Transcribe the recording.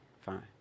Fine